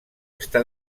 està